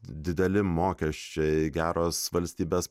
dideli mokesčiai geros valstybės